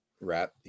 wrap